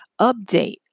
update